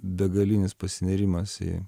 begalinis pasinėrimas į